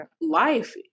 life